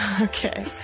Okay